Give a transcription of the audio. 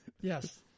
Yes